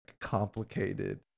complicated